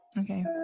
Okay